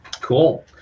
Cool